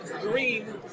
Green